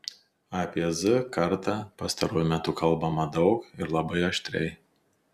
apie z kartą pastaruoju metu kalbama daug ir labai aštriai